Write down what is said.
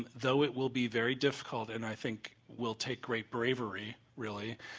um though it will be very difficult and i think will take great bravery really,